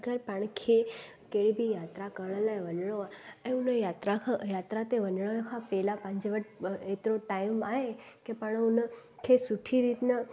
अगरि पाण खे कहिड़ी बि यात्रा करण लाइ वञिणो आहे ऐं उन यात्रा यात्रा ते वञण खां पहिरियों पंहिंजे वटि एतिरो टाइम आहे की पाण उन खे सुठी रीति न